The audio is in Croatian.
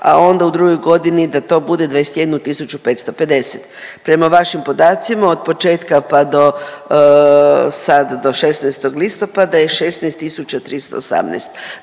a onda u drugoj godini da to bude 21.550. Prema vašim podacima od početka pa do sada do 16. listopada je 16.318.